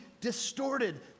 distorted